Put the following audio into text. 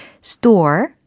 Store